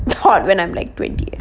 not when I'm like twenty